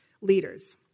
leaders